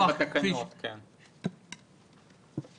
מי נמנע?